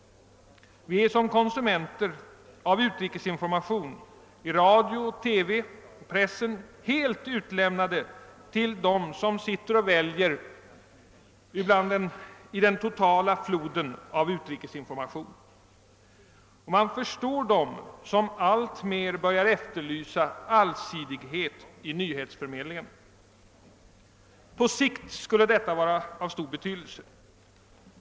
Vi är som konsumenter av utrikesinformation i radio, TV och press helt utlämnade till dem som sitter och väljer i den totala floden av utrikesinformation. Man förstår dem som alltmer börjar efterlysa allsidighet i nyhetsförmedlingen. På sikt skulle detta vara av stor betydelse.